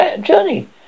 journey